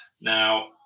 Now